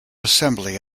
assembly